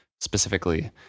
specifically